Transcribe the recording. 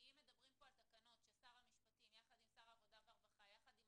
כי אם מדברים פה על תקנות ששר המשפטים יחד עם שר העבודה והרווחה יחד עם